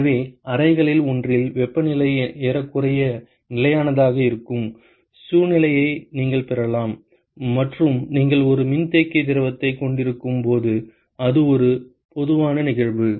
எனவே அறைகளில் ஒன்றில் வெப்பநிலை ஏறக்குறைய நிலையானதாக இருக்கும் சூழ்நிலையை நீங்கள் பெறலாம் மற்றும் நீங்கள் ஒரு மின்தேக்கி திரவத்தைக் கொண்டிருக்கும் போது இது ஒரு பொதுவான நிகழ்வு